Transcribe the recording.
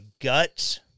guts